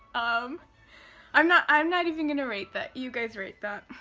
um i'm not i'm not even gonna rate that, you guys rate that.